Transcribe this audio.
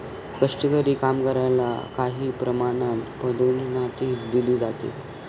कष्टकरी कामगारला काही प्रमाणात पदोन्नतीही दिली जाते